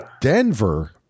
Denver